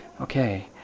Okay